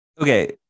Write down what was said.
Okay